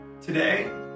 Today